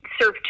serve